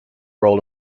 role